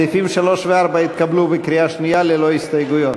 סעיפים 3 ו-4 התקבלו בקריאה שנייה ללא הסתייגויות.